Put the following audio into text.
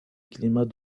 climat